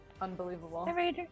Unbelievable